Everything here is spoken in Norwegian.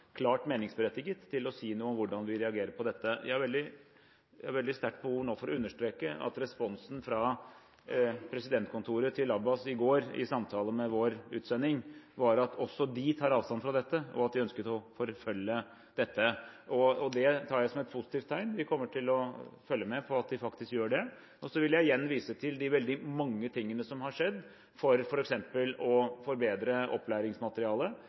klart meningsberettiget til å si noe om hvordan vi reagerer på dette. Jeg har veldig sterkt behov nå for å understreke at responsen fra presidentkontoret til Abbas i går, i samtale med vår utsending, var at også de tar avstand fra dette, og at de ønsket å forfølge dette. Det tar jeg som et positivt tegn. Vi kommer til å følge med på at de faktisk gjør det. Så vil jeg igjen vise til de veldig mange tingene som har skjedd for f.eks. å forbedre opplæringsmaterialet,